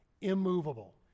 immovable